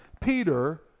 Peter